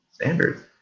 standards